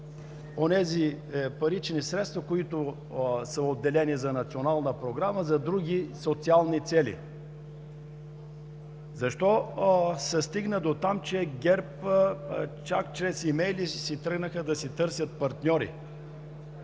онези парични средства, които са отделени за национална програма, за други социални цели? Защо се стигна до там, че ГЕРБ чак чрез имейли тръгнаха да си търсят партньори?